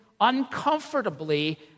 uncomfortably